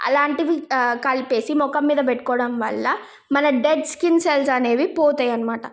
అలాంటివి కలిపి ముఖం మీద పెట్టుకోవడం వల్ల మన డెడ్ స్కిన్ సెల్స్ అనేవి పోతాయి అన్నమాట